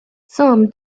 some